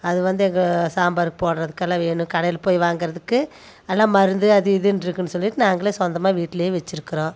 அது வந்து எங்கள் சாம்பாருக்கு போடுறதுக்கெல்லாம் வேணும் கடையில் போய் வாங்கிறதுக்கு எல்லாம் மருந்து அது இதுனு இருக்குதுனு சொல்லிட்டு நாங்களே சொந்தமாக வீட்டுலேயே வச்சுருக்குறோம்